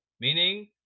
meaning